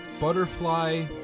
Butterfly